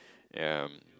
ya